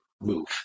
move